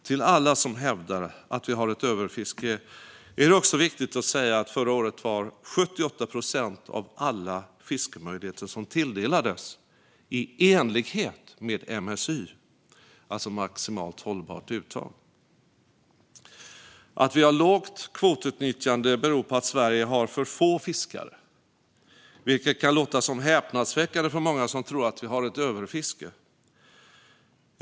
Till alla som hävdar att vi har ett överfiske är det också viktigt att säga att 78 procent av alla fiskemöjligheter som tilldelades förra året var i enlighet med MSY, maximalt hållbart uttag. Att vi har ett lågt kvotutnyttjande beror på att Sverige har för få fiskare, vilket kan låta häpnadsväckande för många som tror att vi har ett överfiske.